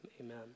amen